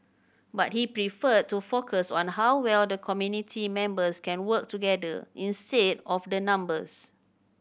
but he preferred to focus on how well the committee members can work together instead of the numbers